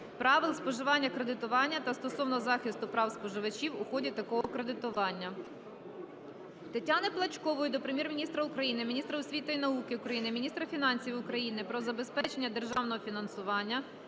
правил споживчого кредитування та стосовно захисту прав споживачів у ході такого кредитування. Тетяни Плачкової до Прем'єр-міністра України, міністра освіти і науки України, міністра фінансів України про забезпечення державного фінансування